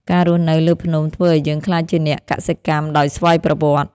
ការរស់នៅលើភ្នំធ្វើឱ្យយើងក្លាយជាអ្នកកសិកម្មដោយស្វ័យប្រវត្តិ។